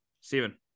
Steven